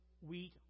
wheat